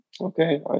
okay